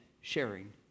sharing